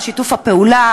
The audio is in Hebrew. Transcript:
על שיתוף הפעולה,